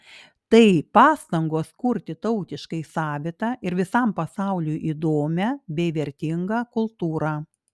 tai pastangos kurti tautiškai savitą ir visam pasauliui įdomią bei vertingą kultūrą